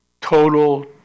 total